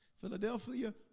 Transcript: Philadelphia